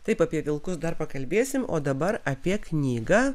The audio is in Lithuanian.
taip apie vilkus dar pakalbėsim o dabar apie knygą